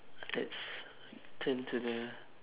let's turn to the